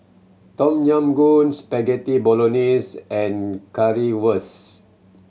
Tom Yam Goong Spaghetti Bolognese and Currywurst